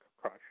crush